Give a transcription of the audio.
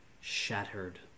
...shattered